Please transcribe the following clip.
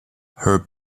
her